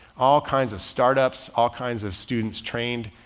all kinds of startups, all kinds of students trained,